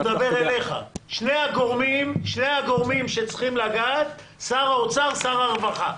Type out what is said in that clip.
הוא מדבר אליך שני הגורמים שצריכים לדעת הם שר האוצר ושר הרווחה.